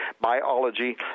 biology